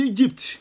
Egypt